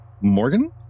Morgan